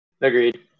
Agreed